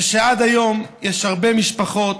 וזה שעד היום יש הרבה משפחות,